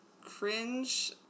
cringe